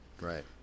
right